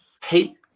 take